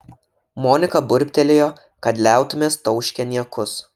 monika burbtelėjo kad liautumės tauškę niekus